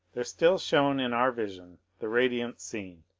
there still shone in our vision the radiant scene